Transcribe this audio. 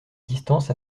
distance